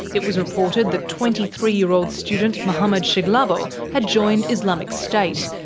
it was reported that twenty three year old student muhammed sheglabo had joined islamic state,